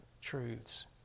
truths